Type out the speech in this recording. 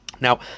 Now